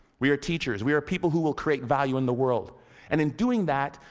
we are teachers, we are people who will create value in the world and in doing that,